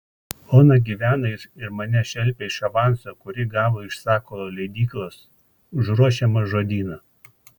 ona gyveno ir mane šelpė iš avanso kurį gavo iš sakalo leidyklos už ruošiamą žodyną